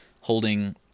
holding